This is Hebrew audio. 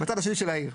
בצד השני של העיר.